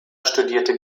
studierte